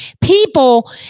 People